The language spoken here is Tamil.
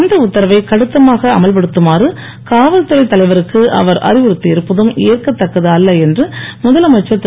இந்த உத்தரவை கடுத்தமாக அமல்படுத்துமாறு காவல்துறைத் தலைவருக்கு அவர் அறிவுறுத்தியிருப்பதும் ஏற்கத்தக்கதல்ல என்று முதலமைச்சர் திரு